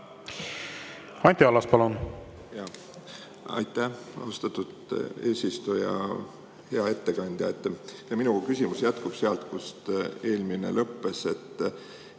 Aitäh, austatud eesistuja! Hea ettekandja! Minu küsimus jätkub sealt, kus eelmine lõppes.